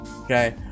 okay